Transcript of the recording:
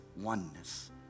oneness